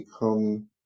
become